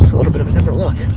a little bit of a different look.